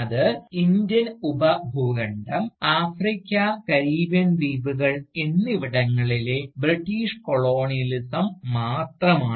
അത് ഇന്ത്യൻ ഉപഭൂഖണ്ഡം Africa Caribbean ദ്വീപുകൾ എന്നിവിടങ്ങളിലെ ബ്രിട്ടീഷ് കൊളോണിയലിസം മാത്രമാണ്